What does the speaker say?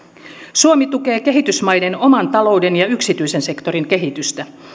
suomi tukee kehitysmaiden oman talouden ja yksityisen sektorin kehitystä